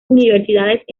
universidades